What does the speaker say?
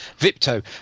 Vipto